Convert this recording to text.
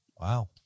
Wow